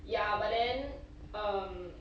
ya but then um